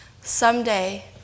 someday